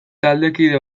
taldekide